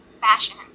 fashion